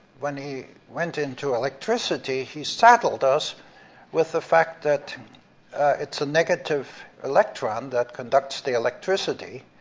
when he went into electricity, he saddled us with the fact that it's a negative electron that conducts the electricity,